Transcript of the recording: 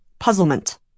Puzzlement